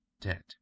dead